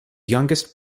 youngest